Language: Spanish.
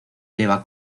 eleva